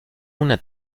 una